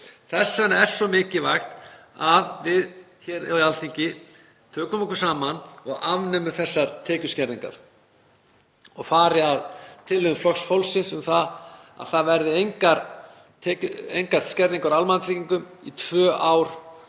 Þess vegna er svo mikilvægt að við hér á Alþingi tökum okkur saman og afnemum þessar tekjuskerðingar og förum að tillögum Flokks fólksins um að það verði engar skerðingar á almannatryggingum í tvö ár